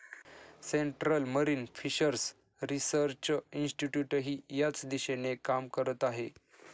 central marine fishers research इन्स्टिट्यूटही याच दिशेने काम करत आहे